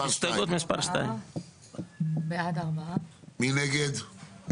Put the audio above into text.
הצבעה בעד, 4 נגד,